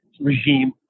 regime